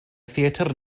theatr